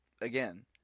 again